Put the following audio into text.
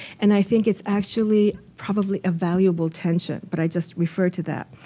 and i think it's actually probably a valuable tension. but i just refer to that.